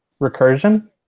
recursion